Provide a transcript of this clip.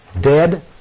dead